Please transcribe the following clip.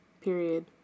Period